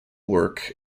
work